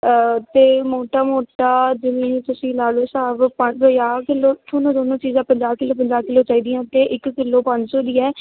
ਅਤੇ ਮੋਟਾ ਮੋਟਾ ਜਿਵੇਂ ਤੁਸੀਂ ਲਾ ਲਓ ਹਿਸਾਬ ਪੰਜ ਪੰਜਾਹ ਕਿਲੋ ਤੁਹਾਨੂੰ ਦੋਨੋਂ ਚੀਜ਼ਾਂ ਪੰਜਾਹ ਕਿਲੋ ਪੰਜਾਹ ਕਿਲੋ ਚਾਹੀਦੀਆਂ ਅਤੇ ਇੱਕ ਕਿਲੋ ਪੰਜ ਸੌ ਦੀ ਹੈ